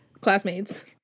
classmates